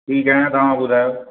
ठीकु आहियां तव्हां ॿुधायो